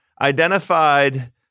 identified